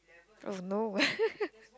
oh no